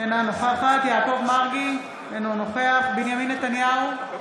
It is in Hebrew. אינה נוכחת יעקב מרגי, אינו נוכח בנימין נתניהו,